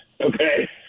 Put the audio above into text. okay